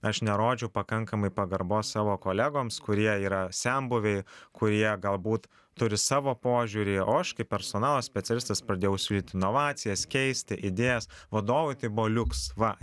aš nerodžiau pakankamai pagarbos savo kolegoms kurie yra senbuviai kurie galbūt turi savo požiūrį o aš kaip personalo specialistas pradėjau siūlyt inovacijas keisti idėjas vadovui tai buvo liuks va